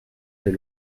des